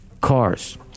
cars